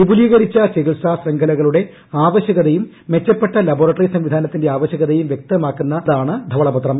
വിപുലീകരിച്ച ചികിൽസാ ശൃംഖലകളുടെ ആവശ്യകതയും മെച്ചപ്പെട്ട ലബോറട്ടറി സംവിധാനത്തിന്റെ ആവശ്യകതയും വൃക്തമാക്കുന്നതാണ് ധവളപത്രം